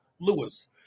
Lewis